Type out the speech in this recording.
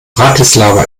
bratislava